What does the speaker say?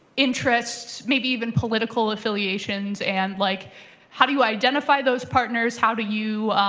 interests, maybe even political affiliations, and like how do you identify those partners. how do you